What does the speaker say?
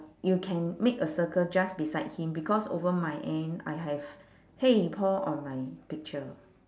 you can make a circle just beside him because over my end I have !hey! paul on my picture